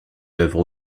l’œuvre